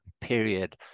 period